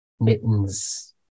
mittens